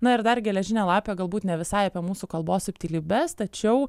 na ir dar geležinė lapė galbūt ne visai apie mūsų kalbos subtilybes tačiau